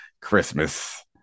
Christmas